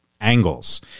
angles